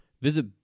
Visit